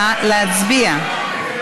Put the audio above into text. נא להצביע.